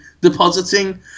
depositing